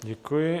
Děkuji.